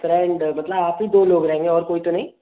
friend मतलब आप ही दो लोग रहेंगे और कोई तो नहीं